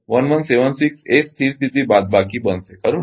01176 એ જ સ્થિર સ્થિતી બાદબાકી બનશે ખરું ને